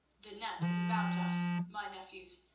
the net is about us, my nephews,